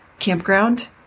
campground